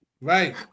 Right